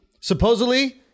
Supposedly